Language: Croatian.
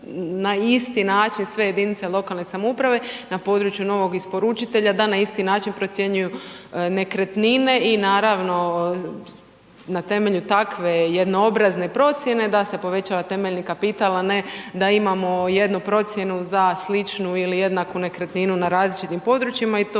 na isti način sve jedinice lokalne samouprave na području novog isporučitelja, da na isti način procjenjuju nekretnine i, naravno na temelju takve jednoobrazne procjene da se poveća temeljni kapital, a ne da imamo jednu procjenu za sličnu ili jednaku nekretninu na različitim područjima i to